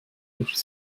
lutscht